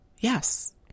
yes